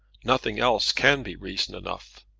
nothing else can be reason enough.